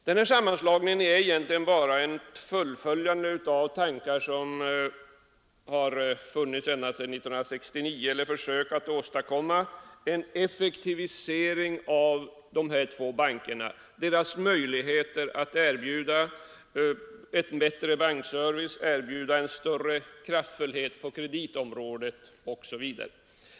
Denna sammanslagning är egentligen bara ett fullföljande av tankar som har funnits ända sedan 1969 om att åstadkomma en effektivisering av de två bankernas möjligheter att erbjuda en bättre bankservice, en större kraftfullhet på kreditområdet osv.